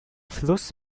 fluss